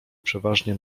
przeważnie